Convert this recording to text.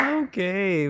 okay